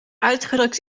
uitgedrukt